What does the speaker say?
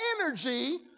energy